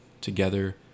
together